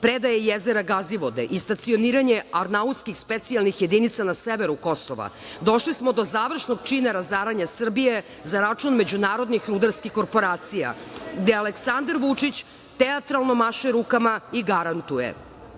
predaje jezera Gazivode i stacioniranje arnautskih specijalnih jedinica na severu Kosova, došli smo do završnog čina razaranja Srbije za račun međunarodnih rudarskih korporacija, gde Aleksandar Vučić teatralno maše rukama i garantuje.